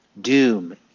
Doom